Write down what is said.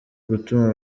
gutuma